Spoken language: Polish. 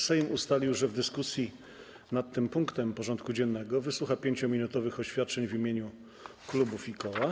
Sejm ustalił, że w dyskusji nad tym punktem porządku dziennego wysłucha 5-minutowych oświadczeń w imieniu klubów i koła.